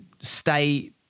stay